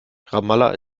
ramallah